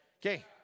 Okay